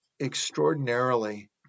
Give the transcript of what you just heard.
extraordinarily